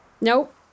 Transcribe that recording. Nope